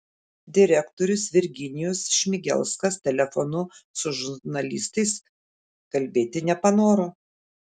direktorius virginijus šmigelskas telefonu su žurnalistais kalbėti nepanoro